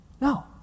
No